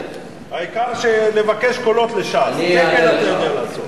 העיקר לבקש קולות לש"ס, זה כן אתה יודע לעשות.